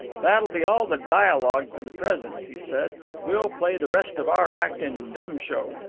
that'll be all the dialogue for the present, he said. we'll play the rest of our act in dumb show.